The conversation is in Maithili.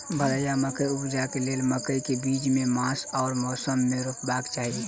भदैया मकई उपजेबाक लेल मकई केँ बीज केँ मास आ मौसम मे रोपबाक चाहि?